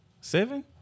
seven